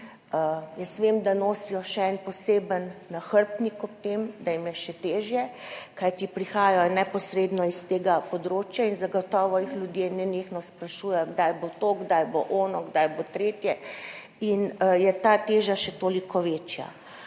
Vem, da nosijo še en poseben nahrbtnik ob tem, da jim je še težje, kajti prihajajo neposredno s tega področja in zagotovo jih ljudje nenehno sprašujejo, kdaj bo to, kdaj bo ono, kdaj bo tretje, in je ta teža še toliko večja.